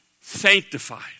sanctified